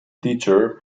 teacher